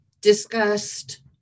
discussed